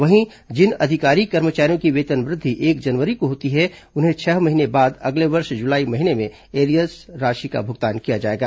वहीं जिन अधिकारी कर्मचारियों की वेतन वृद्धि एक जनवरी को होती है उन्हें छह महीने बाद अगले वर्ष जुलाई महीने में एरियर्स राशि का भुगतान किया जाएगा